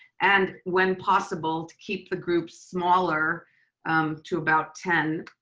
and when possible to keep the groups smaller um to about ten.